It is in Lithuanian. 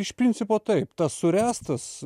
iš principo taip tas suręstas